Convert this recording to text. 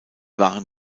waren